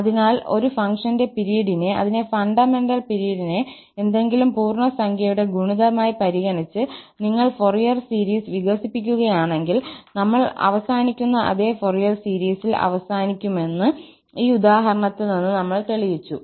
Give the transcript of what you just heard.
അതിനാൽ ഒരു ഫംഗ്ഷന്റെ പിരീഡിനെ അതിന്റെ ഫണ്ടമെന്റൽ പിരീഡിന്റെ ഏതെങ്കിലും പൂർണ്ണസംഖ്യയുടെ ഗുണിതമായി പരിഗണിച്ച് നിങ്ങൾ ഫൊറിയർ ശ്രേണി വികസിപ്പിക്കുകയാണെങ്കിൽ നമ്മൾ അവസാനിക്കുന്ന അതേ ഫോറിയർ സീരീസിൽ അവസാനിക്കുമെന്ന് ഈ ഉദാഹരണത്തിൽ നിന്ന് നമ്മൾ തെളിയിച്ചു